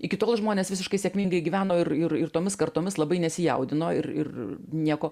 iki tol žmonės visiškai sėkmingai gyveno ir ir ir tomis kartomis labai nesijaudino ir ir nieko